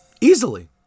Easily